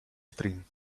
stream